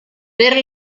per